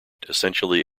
essentially